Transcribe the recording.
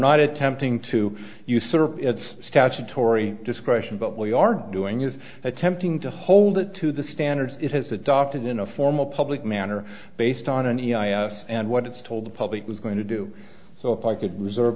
not attempting to usurp its statutory discretion but we are doing is attempting to hold it to the standards it has adopted in a formal public manner based on an e and what its told the public was going to do so if i could reserve